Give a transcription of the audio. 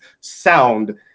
sound